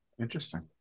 Interesting